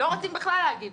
לא רוצים בכלל להגיב.